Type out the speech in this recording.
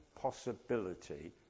possibility